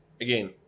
again